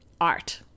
art